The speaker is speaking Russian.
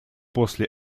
после